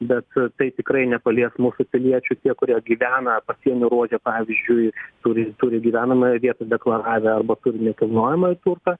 bet tai tikrai nepalies mūsų piliečių tie kurie gyvena pasienio ruože pavyzdžiui turi turi gyvenamąją vietą deklaravę arba turi nekilnojamąjį turtą